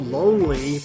lonely